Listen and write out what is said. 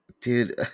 Dude